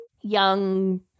Young